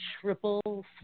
triple